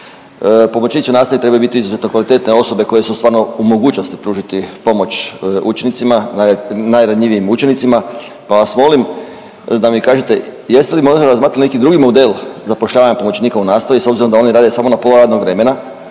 Pomoćnici u nastavi trebaju biti izuzetno kvalitetne osobe koje su stvarno u mogućnosti pružiti pomoć učenicima, najranjivijim učenicima, pa vas molim da mi kažete jeste li možda razmatrali neki drugi model zapošljavanja pomoćnika u nastavi s obzirom da oni rade samo na pola radnog vremena.